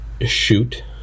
Shoot